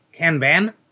Kanban